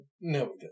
No